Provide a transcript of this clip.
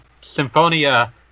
Symphonia